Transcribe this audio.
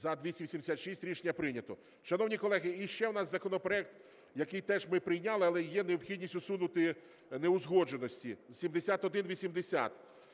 За-286 Рішення прийнято. Шановні колеги, і ще в нас законопроект, який теж ми прийняли, але є необхідність усунути неузгодженості, 7180.